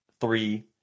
three